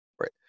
right